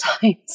times